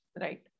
Right